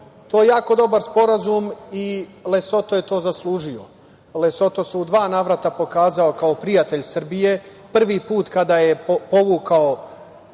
To je jako dobar sporazum i Lesoto je to zaslužio. Lesoto se u dva navrata pokazao kao prijatelj Srbije, prvi put kada je povukao